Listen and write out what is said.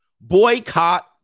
boycott